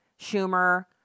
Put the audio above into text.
Schumer